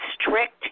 strict